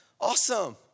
Awesome